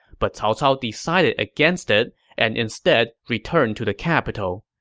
but cao cao decided against it and instead returned to the capital,